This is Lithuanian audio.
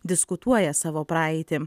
diskutuoja savo praeitį